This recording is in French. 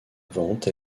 vente